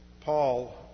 Paul